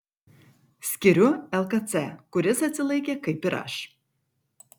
skiriu lkc kuris atsilaikė kaip ir aš